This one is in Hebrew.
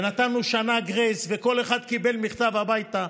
נתנו שנה גרייס, וכל אחד קיבל מכתב הביתה.